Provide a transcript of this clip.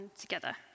together